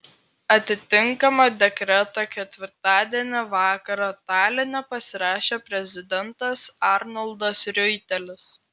atitinkamą dekretą ketvirtadienio vakarą taline pasirašė prezidentas arnoldas riuitelis